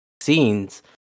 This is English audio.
Scenes